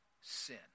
sin